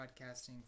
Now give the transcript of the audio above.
podcasting